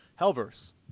Hellverse